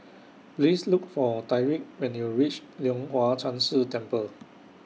Please Look For Tyriq when YOU REACH Leong Hwa Chan Si Temple